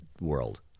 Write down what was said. world